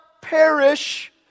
perish